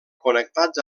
connectats